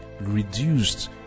reduced